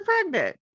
pregnant